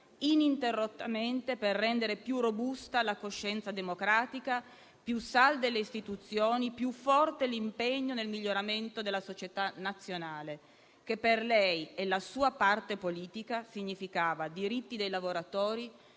ininterrottamente per rendere più robusta la coscienza democratica, più salde le istituzioni, più forte l'impegno nel miglioramento della società nazionale, che, per lei e la sua parte politica, significava diritti dei lavoratori,